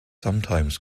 sometimes